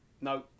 No